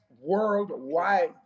worldwide